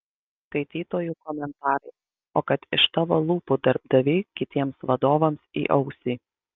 skaitytojų komentarai o kad iš tavo lūpų darbdavy kitiems vadovams į ausį